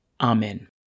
Amen